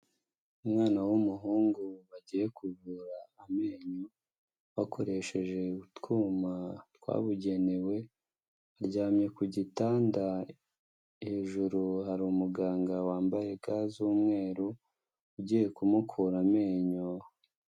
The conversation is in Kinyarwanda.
Umwana w'umuhungu bagiye kuvura amenyo bakoresheje utwuma twabugenewe aryamye ku gitanda. Hejuru har’umuganga wambabariy ga z'umweru ugiye kumukura amenyo.